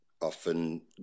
often